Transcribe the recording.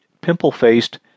pimple-faced